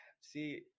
see